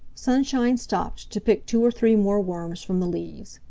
sunshine stopped to pick two or three more worms from the leaves.